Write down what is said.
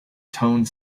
tone